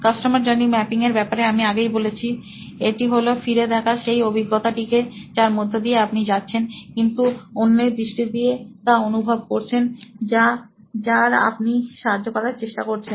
customer journey mapping যে ব্যপারে আমি আগেই বলেছি এটি হলো ফিরে দেখা সেই অভিজ্ঞতা টিকে যার মধ্যে দিয়ে আপনি যাচ্ছেন কিন্তু অন্যের দৃষ্টি দিয়ে তা অনুভব করছেন যার আপনি সাহায্য করারচেষ্টা করছেন